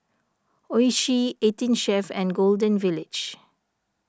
Oishi eighteen Chef and Golden Village